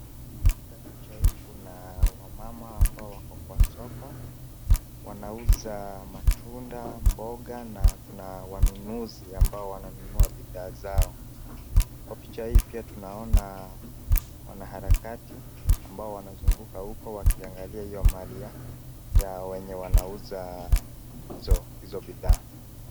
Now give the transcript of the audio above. Katika picha hii kuna wamama ambao wako kwa soko. Wanauza matunda, mboga na kuna wanunuzi ambao wananunua bidhaa zao. Kwa picha hii pia tunaona wanaharakati ambao wanazunguka huko wakiangalia hiyo mali ya wenye wanauza hizo bidhaa.